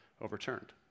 overturned